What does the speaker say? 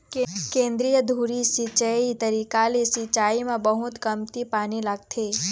केंद्रीय धुरी सिंचई तरीका ले सिंचाई म बहुत कमती पानी लागथे